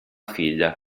figlia